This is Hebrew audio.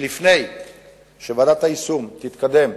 שלפני שוועדת היישום תתקדם